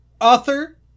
author